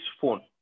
phone